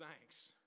thanks